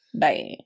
Bye